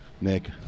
Nick